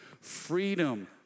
Freedom